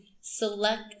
select